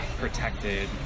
protected